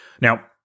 Now